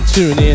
TuneIn